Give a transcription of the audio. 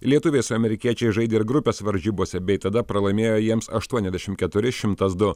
lietuviai su amerikiečiais žaidė ir grupės varžybose bei tada pralaimėjo jiems aštuoniasdešim keturi šimtas du